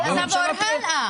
אז נעבור הלאה.